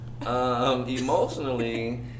emotionally